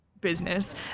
business